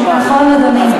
נכון, אדוני.